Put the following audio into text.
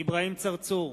אברהים צרצור,